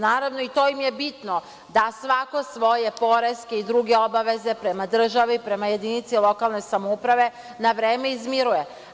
Naravno, i to im je bitno da svako svoje poreske i druge obaveze prema državi, prema jedinici lokalne samouprave na vreme izmiruje.